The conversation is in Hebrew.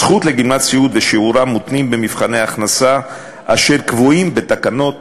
הזכות לגמלת סיעוד ושיעורה מותנים במבחני הכנסה אשר קבועים בתקנות